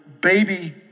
baby